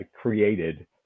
created